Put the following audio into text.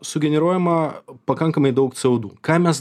sugeneruojama pakankamai daug co du ką mes